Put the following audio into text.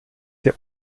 der